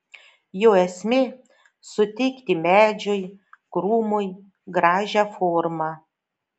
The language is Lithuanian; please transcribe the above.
jo esmė suteikti medžiui krūmui gražią formą